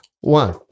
one